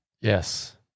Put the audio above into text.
Yes